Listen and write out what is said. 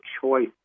choice